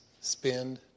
spend